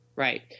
Right